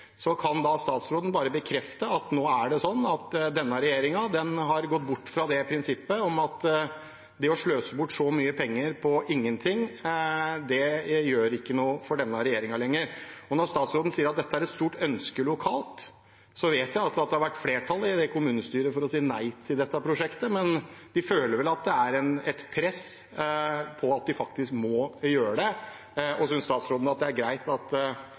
Kan statsråden bekrefte at denne regjeringen nå har gått bort fra det prinsippet, og at det å sløse bort så mye penger på ingenting ikke lenger gjør noe for denne regjeringen? Statsråden sier at dette er et stort ønske lokalt, men jeg vet at det har vært flertall i kommunestyret for å si nei til dette prosjektet. De føler vel likevel at det er et press på at de faktisk må gjøre det. Synes statsråden det er greit at